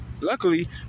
Luckily